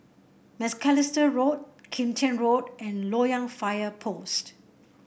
Macalister Road Kim Tian Road and Loyang Fire Post